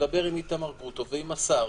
ומדבר עם איתמר גרוטו ועם השר,